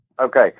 Okay